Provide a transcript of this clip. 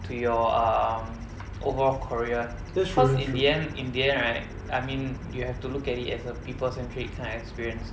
to your um overall career cause in the end in the end right I mean you have to look at it as a people-centric kinda experience